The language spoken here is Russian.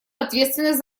ответственность